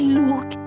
look